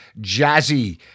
jazzy